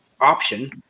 Option